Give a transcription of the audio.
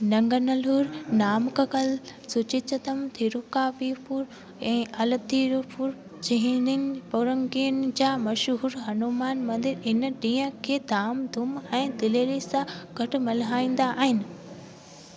नंगनल्लूर नामक्कल सुचिंद्रम थिरुक्कावीयूर ऐं आलथ्थियूर जहिड़नि परगि॒णनि जा मशहूरु हनुमान मंदर हिन ॾींहुं खे धाम धूम ऐं दिलेरी सां गॾु मल्हाईंदा आहिनि